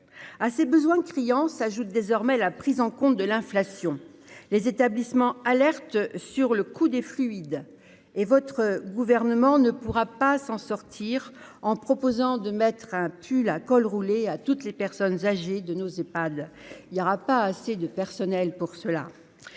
à ses besoins criants, s'ajoute désormais la prise en compte de l'inflation, les établissements alerte sur le coup des fluides et votre gouvernement ne pourra pas s'en sortir en proposant de mettre un pull à col roulé à toutes les personnes âgées de nos iPad il y aura pas assez de personnel pour cela